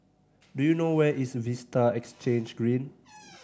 do you know where is Vista Exhange Green